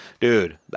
dude